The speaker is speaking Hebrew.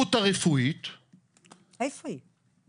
להסתדרות הרפואית --- איפה היא?